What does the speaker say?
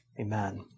Amen